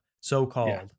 so-called